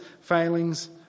failings